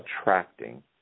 attracting